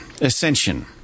Ascension